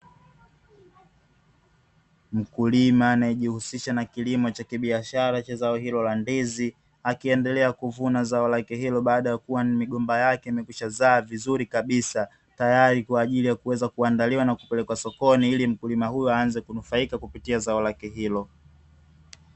Mkulima anayejihusisha na kilimo cha kibiashara cha zao hilo la ndizi, akiendelea kuvuna zao lake hilo baada ya kuwa migomba yake imeshazaa vizuri kabisa tayari kwa ajili ya kuandaliwa na kupelekwa sokoni ili mkulima huyo aweze kunufaika kupitia zao lake hilo.